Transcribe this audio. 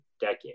decade